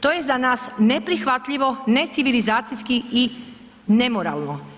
To je za nas neprihvatljivo, necivilizacijski i nemoralno.